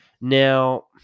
now